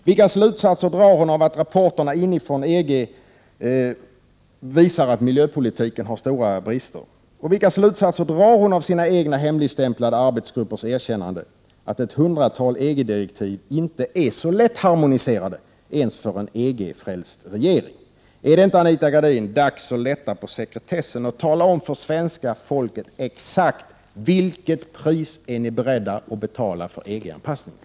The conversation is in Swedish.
Vilka slutsatser drar hon av att rapporterna inifrån EG visar att miljöpolitiken har stora brister och vilka slutsatser drar hon av sina egna hemligstämplade arbetsgruppers erkännande att ett hundratal EG-direktiv inte är så lättharmoniserade ens för en EG-frälst regering? Är det inte, Anita Gradin, dags att lätta på sekretessen och tala om för svenska folket exakt vilket pris ni är beredda att betala för EG-anpassningen?